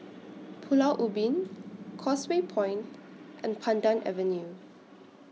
Pulau Ubin Causeway Point and Pandan Avenue